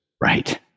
Right